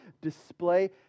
display